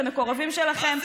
את המקורבים שלכם,